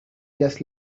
just